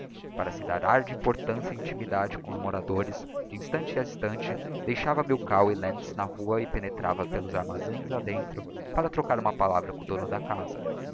para se dar ar de importância e intimidade com os moradores de instante a instante deixava milkau e lentz na rua e penetrava pelos armazéns a dentro para trocar uma palavra com o dono da casa